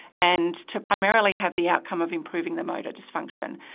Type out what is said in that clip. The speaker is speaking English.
and to primarily have the outcome of improving the motor dysfunction.